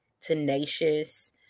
tenacious